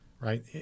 Right